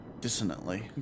dissonantly